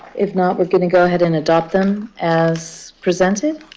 if not, we're going to go ahead and adopt them as presented.